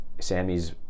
Sammy's